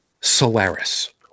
Solaris